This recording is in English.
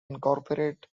incorporate